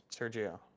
Sergio